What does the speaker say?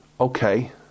Okay